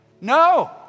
no